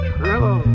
Trillo